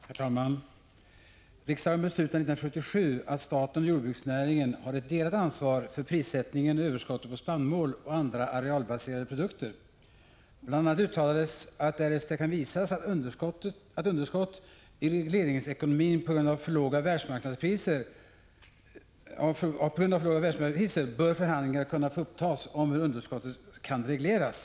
Herr talman! Riksdagen beslutade 1977 att staten och jordbruksnäringen har ett delat ansvar för prissättningen och överskottet på spannmål och andra arealbaserade produkter. Bl.a. uttalades att därest det kan visas att underskott i regleringsekonomin uppstår på grund av för låga världsmarknadspriser, bör förhandlingar kunna få upptas om hur underskottet kan regleras.